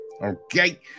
Okay